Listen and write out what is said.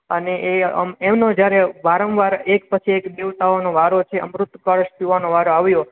અને એ એમનો જ્યારે વારંવાર એક પછી એક દેવતાઓનો વારો છે અમૃત કળશ પીવાનો વારો આવ્યો